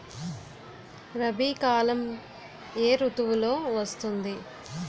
రబీ కాలం ఏ ఋతువులో వస్తుంది?